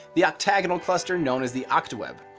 the octagonal cluster known as the octaweb.